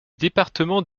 département